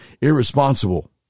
irresponsible